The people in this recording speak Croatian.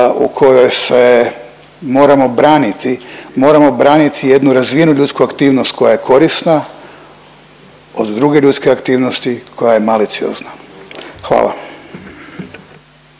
braniti, moramo braniti jednu razvijenu ljudsku aktivnost koja je korisna od druge ljudske aktivnosti koja je maliciozna. Hvala.